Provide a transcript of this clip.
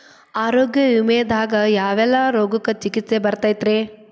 ಆರೋಗ್ಯ ವಿಮೆದಾಗ ಯಾವೆಲ್ಲ ರೋಗಕ್ಕ ಚಿಕಿತ್ಸಿ ಬರ್ತೈತ್ರಿ?